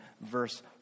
verse